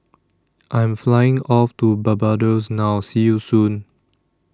I Am Flying off to Barbados now See YOU Soon